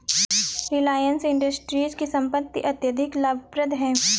रिलायंस इंडस्ट्रीज की संपत्ति अत्यधिक लाभप्रद है